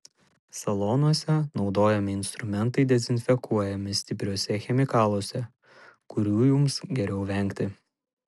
salonuose naudojami instrumentai dezinfekuojami stipriuose chemikaluose kurių jums geriau vengti